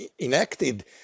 enacted